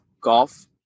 golf